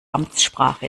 amtssprache